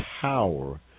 power